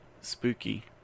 spooky